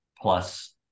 plus